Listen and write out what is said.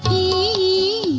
e